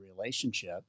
relationship